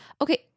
Okay